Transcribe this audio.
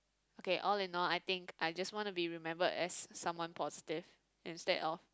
okay all in all I think I just want to be remembered as someone positive instead of